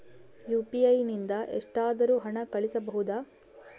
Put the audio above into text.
UPI ನಿಂದ ಎಷ್ಟಾದರೂ ಹಣ ಕಳಿಸಬಹುದಾ?